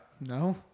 No